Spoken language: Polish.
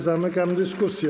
Zamykam dyskusję.